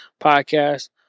Podcast